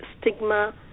stigma